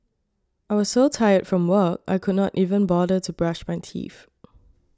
I was so tired from work I could not even bother to brush my teeth